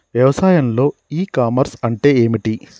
వ్యవసాయంలో e commerce అంటే ఏమిటి?